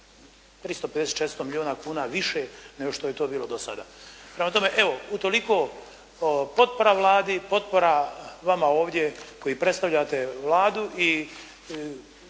400 milijuna kuna više nego što je to bilo do sada. Prema tome, evo utoliko potpora Vladi, potpora vama ovdje koji predstavljate Vladu i